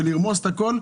ולרמוס את הכול,